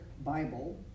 Bible